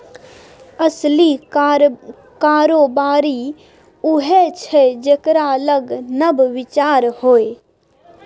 असली कारोबारी उएह छै जेकरा लग नब विचार होए